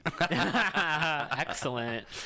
Excellent